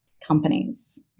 companies